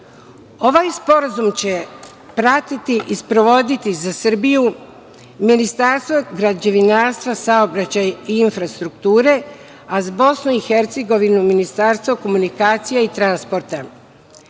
Sporazum će pratiti i sprovoditi za Srbiju Ministarstvo građevinarstva, saobraćaja i infrastrukture, a za BiH Ministarstvo komunikacija i transporta.